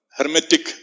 Hermetic